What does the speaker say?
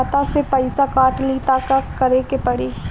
खाता से पैसा काट ली त का करे के पड़ी?